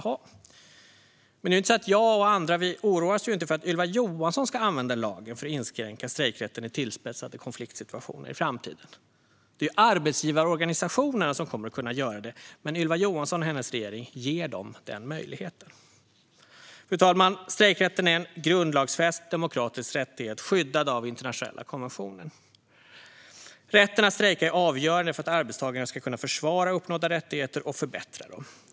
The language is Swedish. Men det är ju inte så att jag och andra oroar oss för att Ylva Johansson ska använda lagen för att inskränka strejkrätten i tillspetsade konfliktsituationer i framtiden. Det är arbetsgivarorganisationerna som kommer att kunna göra det, men Ylva Johansson och hennes regering ger dem den möjligheten. Fru talman! Strejkrätten är en grundlagsfäst, demokratisk rättighet skyddad av internationella konventioner. Rätten att strejka är avgörande för att arbetstagarna ska kunna försvara uppnådda rättigheter och förbättra dem.